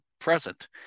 present